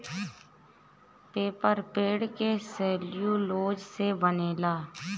paper पेड़ के cellulose से बनेला